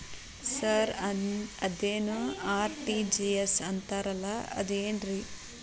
Sir ಅದೇನು RTGS ಅಂತಾರಲಾ ಅದು ಏನ್ರಿ?